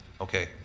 Okay